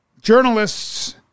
journalists